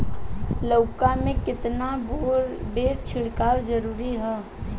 लउका में केतना बेर छिड़काव जरूरी ह?